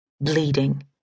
Bleeding